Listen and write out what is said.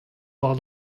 war